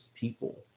people